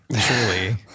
surely